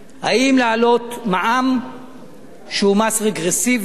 האם להעלות מע"מ שהוא מס רגרסיבי,